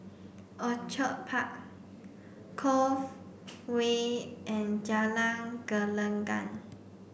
Orchid Park Cove Way and Jalan Gelenggang